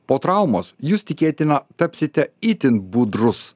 po traumos jūs tikėtina tapsite itin budrus